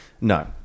No